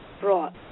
brought